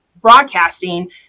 broadcasting